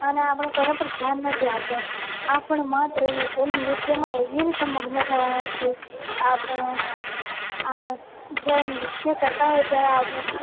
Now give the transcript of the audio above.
અને આપણે કોઈના પર ધ્યાન નથી આપણું આપણે માત્ર એ નૃત્યમાં એવી રીતે મગ્ન થવાનું છે આપણું આ જ્યારે નૃત્ય કરતાં હોઈ ત્યારે આવું